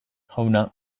jauna